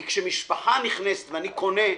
כי כשמשפחה נכנסת, ואני קונה,